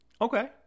Okay